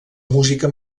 música